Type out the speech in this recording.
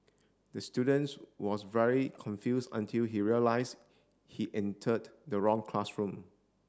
the students was very confused until he realised he entered the wrong classroom